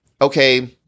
okay